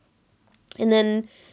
and then